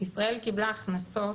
ישראל קיבלה הכנסות